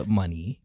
money